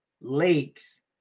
lakes